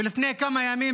ולפני כמה ימים,